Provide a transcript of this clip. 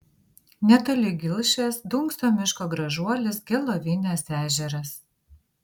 netoli gilšės dunkso miško gražuolis gelovinės ežeras